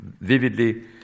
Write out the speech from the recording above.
vividly